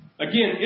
Again